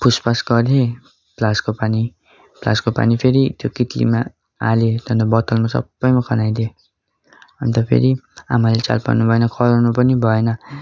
पुसपास गरेँ फ्लासको पानी फ्लासको पानी फेरि त्यो कित्लीमा हाले त्याहाँदेखि बतलमा सबैमा खनाइदिएँ अन्तफेरि आमाले चाल पाउँनुभएन कराउँनु पनि भएन